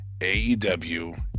aew